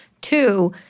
Two